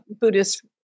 Buddhist